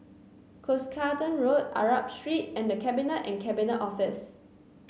Cuscaden Road Arab Street and The Cabinet and Cabinet Office